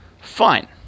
fine